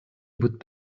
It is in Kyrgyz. бут